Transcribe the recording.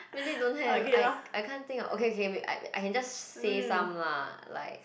really don't have I I can't think of okay okay wait I I can just say some lah like